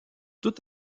tout